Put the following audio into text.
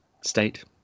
state